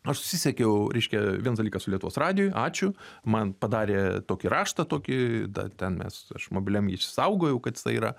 aš susisiekiau reiškia vienas dalykas su lietuvos radiju ačiū man padarė tokį raštą tokį ten mes aš mobiliam jį išsisaugojau kad jisai yra